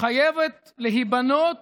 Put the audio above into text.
חייבת להיבנות